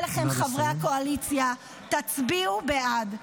-- אליכם, חברי הקואליציה: תצביעו בעד.